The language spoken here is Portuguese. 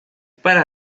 para